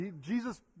Jesus